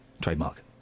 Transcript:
Trademark